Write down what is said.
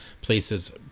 places